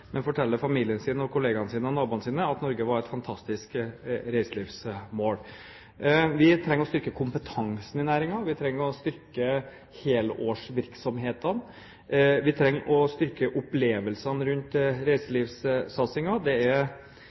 men forteller familien sin og kollegaene og naboene sine at Norge var et fantastisk reiselivsmål. Vi trenger å styrke kompetansen i næringen. Vi trenger å styrke helårsvirksomhetene. Vi trenger å styrke opplevelsene rundt reiselivssatsingen. Det er,